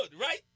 right